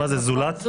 מה זה, "זולת"?